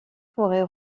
pourrait